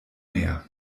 mehr